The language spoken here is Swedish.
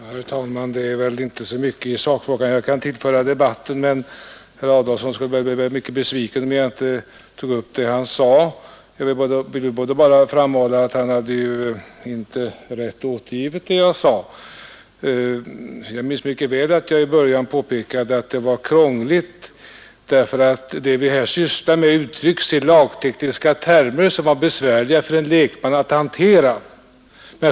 Herr talman! Det är väl inte så mycket i sak som jag nu kan tillföra debatten, men herr Adolfsson skulle väl bli besviken om jag inte tog upp det han sade. Jag vill då framhålla att han inte rätt återgav vad jag sade. Jag påpekade i början av mitt anförande att vad vi nu sysslar med är krångligt därför att det uttrycks i lagtekniska termer som är besvärliga för en lekman att hantera.